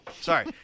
Sorry